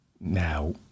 Now